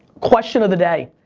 question of the day,